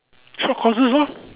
short courses lor